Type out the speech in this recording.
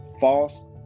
false